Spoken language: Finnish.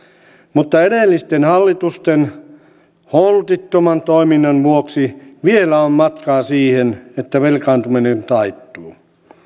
mutta edellisten hallitusten holtittoman toiminnan vuoksi vielä on matkaa siihen että velkaantuminen taittuu